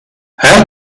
her